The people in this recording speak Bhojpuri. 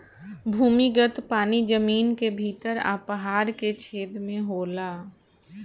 भूमिगत पानी जमीन के भीतर आ पहाड़ के छेद में होला